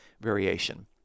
variation